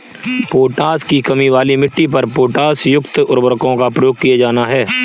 potash की कमी वाली मिट्टी पर पोटाशयुक्त उर्वरकों का प्रयोग किया जाना है